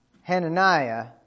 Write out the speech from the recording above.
Hananiah